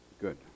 Good